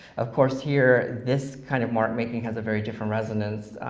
of course here, this kind of mark making has a very different resonance,